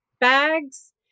bags